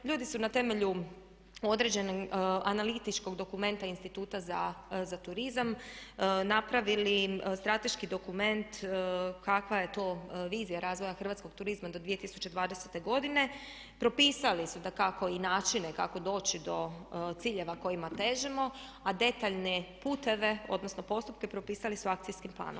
Ljudi su na temelju određenog analitičkog dokumenta instituta za turizam napravili strateški dokument kakva je vizija to razvoja hrvatskog turizma do 2020.godine, propisali su dakako i načine kako doći do ciljeva kojima težimo a detaljne puteve odnosno postupke propisali su akcijskim planom.